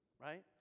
right